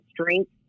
strength